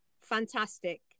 Fantastic